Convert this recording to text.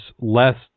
less